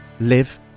live